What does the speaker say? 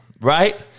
right